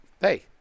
hey